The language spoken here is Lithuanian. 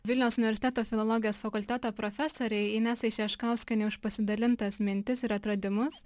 vilniaus universiteto filologijos fakulteto profesorė inesai šeškauskienei už pasidalintas mintis ir atradimus